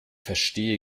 verstehe